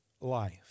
life